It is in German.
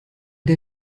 der